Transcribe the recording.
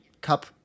Cup